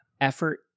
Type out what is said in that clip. effort